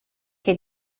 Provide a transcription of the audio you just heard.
che